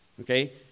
Okay